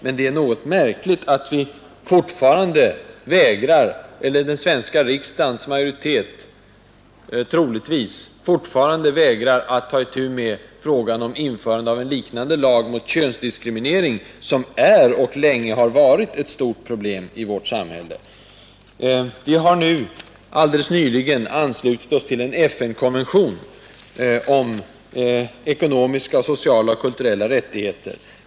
Men det är märkligt att inrikesutskottets majoritet fortfarande vägrar att ta itu med frågan om en liknande lag mot könsdiskriminering, som är och länge har varit ett stort problem i vårt samhälle. Vi har helt nyligen anslutit oss till en FN-konvention om ekonomiska, sociala och kulturella rättigheter.